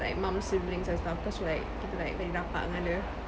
like mum's siblings and stuff cause we like kita like very rapat dengan dia